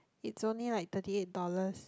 it's only like thirty eight dollars